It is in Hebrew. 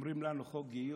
אומרים לנו: חוק גיוס.